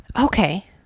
Okay